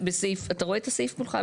אתה רואה את הסעיף מולך?